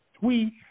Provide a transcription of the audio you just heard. tweet